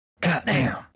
Goddamn